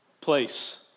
place